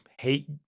hate